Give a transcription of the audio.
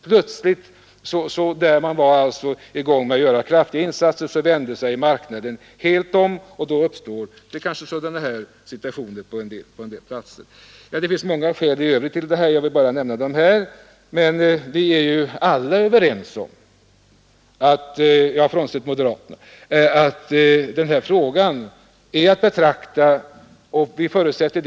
Plötsligt, när man var i gång med att göra kraftiga insatser, vände utvecklingen och då uppstod sådana här situationer. Det finns många andra skäl till att dessa problem har uppstått, och jag har bara velat nämna de här. Vi är alla överens om =— frånsett moderaterna — att detta är av övergående natur.